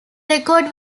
record